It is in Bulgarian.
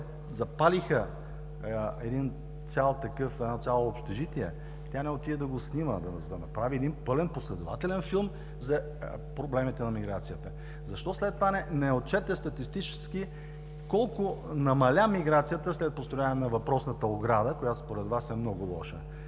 запалиха едно цяло общежитие, тя не отиде да го снима, за да направи един пълен последователен филм за проблемите на миграцията? Защо след това не отчете статистически колко намаля миграцията, след построяване на въпросната ограда, която според Вас е много лоша?